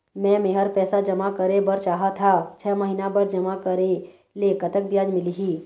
मे मेहर पैसा जमा करें बर चाहत हाव, छह महिना बर जमा करे ले कतक ब्याज मिलही?